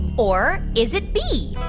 or is it b,